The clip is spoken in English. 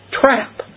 trap